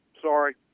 Sorry